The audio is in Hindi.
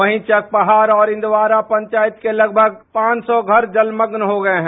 वहीं चकपहाड़ और इंद्रवारा पंचायत के लगभग पांच सौ घर जलमग्न हो गये हैं